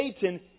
Satan